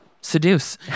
seduce